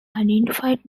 identified